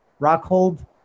Rockhold